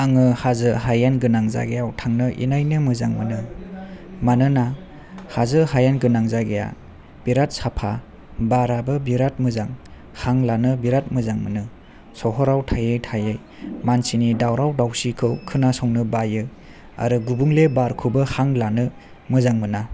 आङो हाजो हायेन गोनां जायगायाव थांनो इनायनो मोजां मोनो मानोना हाजो हायेन गोनां जायगाया बिराद साफा बाराबो बिराद मोजां हां लानो बिराद मोजां मोनो सहराव थायै थायै मानसिनि दावराव दावसिखौ खोनासंनो बायो आरो गुबुंले बारखौबो हां लानो मोजां मोना